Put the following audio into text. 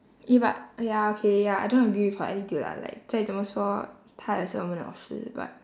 eh but uh ya okay ya I don't agree with her attitude lah like 再怎么说他也是我们的老师 but